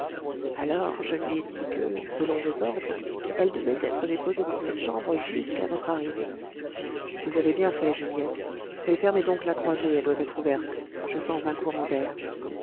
alors je lui ai dit que selon vos ordres elle devait être déposée dans cette chambre jusqu'à votre arrivée vous avez bien fait juliette mais fermez donc la croisée elle doit être ouverte je sens un courant d'air